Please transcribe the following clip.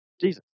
Jesus